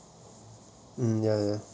uh ya ya